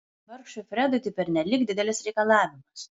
vargšui fredui tai pernelyg didelis reikalavimas